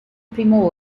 primo